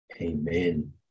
Amen